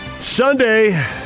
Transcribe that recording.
Sunday